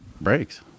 breaks